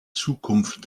zukunft